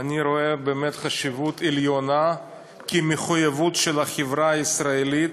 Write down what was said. אני רואה באמת חשיבות עליונה כמחויבות של החברה הישראלית,